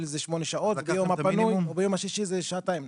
זה שמונה שעות וביום שישי זה שעתיים.